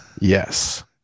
Yes